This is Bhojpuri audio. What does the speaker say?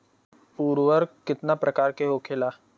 उर्वरक कितना प्रकार के होखेला?